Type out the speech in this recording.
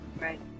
Right